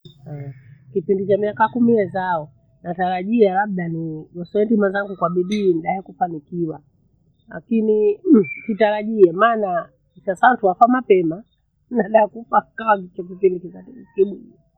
Eeh! kipindi chamiaka kumi ethao natarajia labda nii nishetu mwenzangu kwa bidii daya kufanikiwa. Lakinii sitarajie maana sasa watu wafwa mapema baada ya kufa kaya michepuke nikithake lukenyi.